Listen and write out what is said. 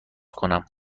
کنم